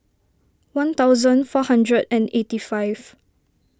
one thousand four hundred and eighty five